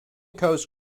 coast